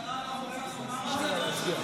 הממשלה לא רוצה לומר לכם משהו?